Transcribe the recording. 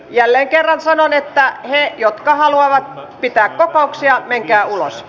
jälleen kerran sanon että ne jotka haluavat pitää kokouksia menkää ulos